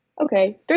Okay